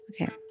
Okay